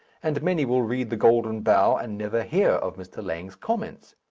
and many will read the golden bough and never hear of mr. lang's comments.